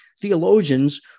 theologians